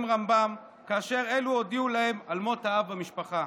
רמב"ם כאשר אלה הודיעו להם על מות אב המשפחה.